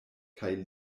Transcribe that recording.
kaj